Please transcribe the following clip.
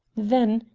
then,